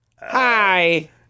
Hi